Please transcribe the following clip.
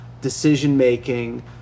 decision-making